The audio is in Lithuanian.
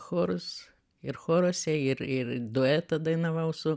chorus ir choruose ir ir duetą dainavau su